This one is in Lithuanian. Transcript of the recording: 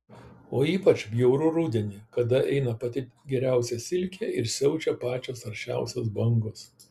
o ypač bjauru rudenį kada eina pati geriausia silkė ir siaučia pačios aršiausios bangos